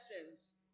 lessons